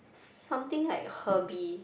s~ something like herby